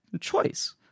choice